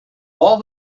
all